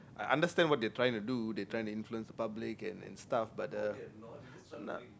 I understand what they trying to do they try to influence the public and stuff but uh